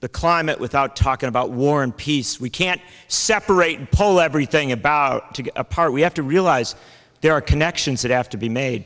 the climate without talking about war and peace we can't separate poll everything about to get apart we have to realize there are connections that have to be made